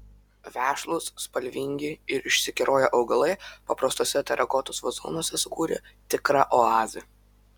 vešlūs spalvingi ir išsikeroję augalai paprastuose terakotos vazonuose sukūrė tikrą oazę